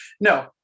no